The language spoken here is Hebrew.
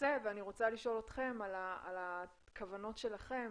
בנושא ואני רוצה לשאול אתכם על הכוונות שלכם